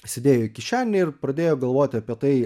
įsidėjo į kišenę ir pradėjo galvoti apie tai